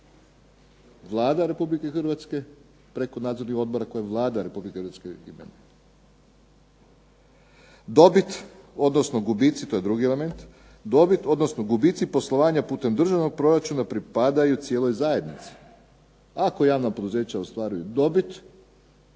Vlada RH preko nadzornih odbora koje Vlada RH imenuje. Dobit, odnosno gubici, to je drugi element. Dobit, odnosno gubici poslovanja putem državnog proračuna pripadaju cijeloj zajednici. Ako javna poduzeća ostvaruju dobit